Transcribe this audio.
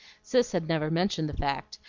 cis had never mentioned the fact,